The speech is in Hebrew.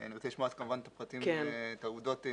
אני רוצה לשמוע כמובן את הפרטים ואת העובדות,